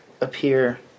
appear